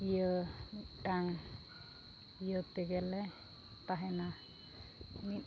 ᱤᱭᱟᱹ ᱢᱤᱫᱴᱟᱝ ᱤᱭᱟᱹ ᱛᱮᱜᱮ ᱞᱮ ᱛᱟᱦᱮᱱᱟ ᱢᱤᱫ